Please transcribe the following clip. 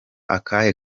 akahe